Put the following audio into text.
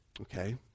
Okay